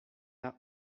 n’a